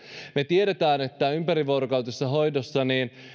me tiedämme että ympärivuorokautisessa hoidossa